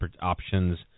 options